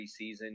preseason